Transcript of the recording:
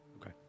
Okay